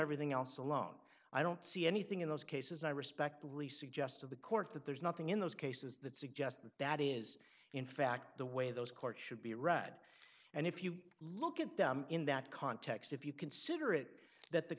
everything else alone i don't see anything in those cases i respectfully suggest of the court that there's nothing in those cases that suggests that that is in fact the way those courts should be read and if you look at them in that context if you consider it that the